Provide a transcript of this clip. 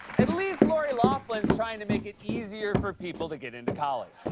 at least lori loughlin's trying to make it easier for people to get into college.